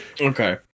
okay